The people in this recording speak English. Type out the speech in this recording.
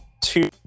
two